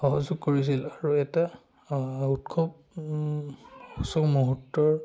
সহযোগ কৰিছিল আৰু এটা উৎসৱ উছৱ মুহূৰ্তৰ